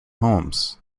holmes